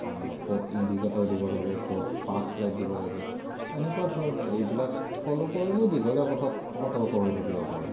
ক'ত ইন্দিকেটৰ দিব লাগে ক'ত পাচ্ লাইট দিব লাগে এনেকুৱা ধৰণৰ এইবিলাক ফল' কৰিলে দীঘলীয়া পথত সতৰ্ক হৈ থাকিব পাৰি